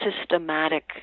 systematic